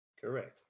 Correct